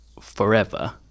forever